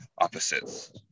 opposites